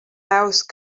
mouse